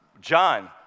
John